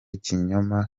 kinyoma